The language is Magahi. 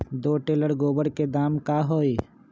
दो टेलर गोबर के दाम का होई?